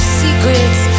secrets